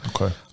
Okay